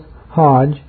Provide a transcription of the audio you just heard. Hodge